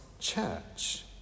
church